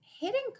hidden